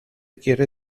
quiere